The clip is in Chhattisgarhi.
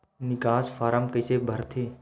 निकास फारम कइसे भरथे?